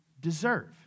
deserve